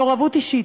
מעורבות אישית.